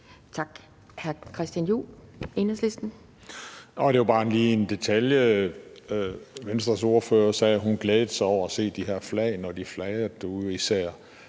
Tak.